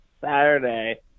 Saturday